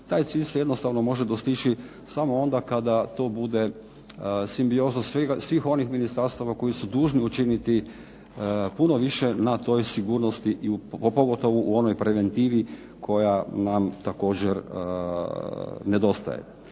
Taj cilj se jednostavno može dostići samo onda kada to bude simbioza svih onih ministarstava koji su dužni učiniti puno više na toj sigurnosti pogotovo u onoj preventivi koja nam također nedostaje.